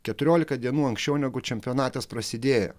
keturiolika dienų anksčiau negu čempionatas prasidėjo